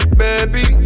baby